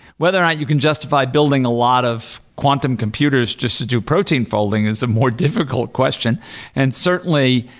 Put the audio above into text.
whether or not you can justify building a lot of quantum computers just do protein folding is a more difficult question and certainly,